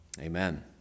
amen